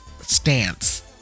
stance